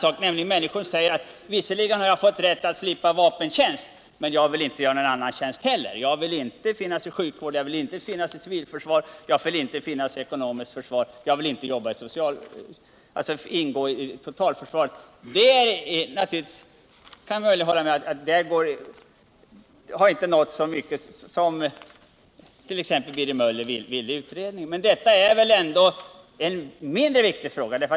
Det gäller här de människor som har rätt att slippa vapentjänst, men som vägrar att göra annan tjänst, såsom inom sjukvården, civilförsvaret, ekonomiska försvaret eller totalförsvaret. Här har man inte nått så långt, som t.ex. Birger Möller i utredningen ville. Detta är väl ändå en mindre viktig fråga.